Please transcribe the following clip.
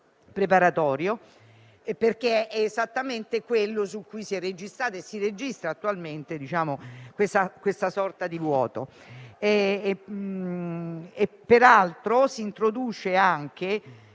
preparatorio, che è esattamente quello su cui si è registrato e si registra attualmente il vuoto. Peraltro, si introduce tra